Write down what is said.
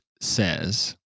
says